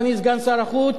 אדוני סגן שר החוץ,